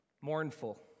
Mournful